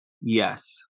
yes